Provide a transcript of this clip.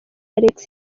alex